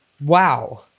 wow